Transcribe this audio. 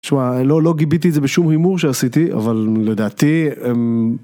תשמע, לא לא גיביתי את זה בשום הימור שעשיתי, אבל לדעתי...